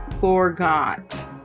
forgot